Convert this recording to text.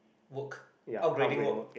work upgrading work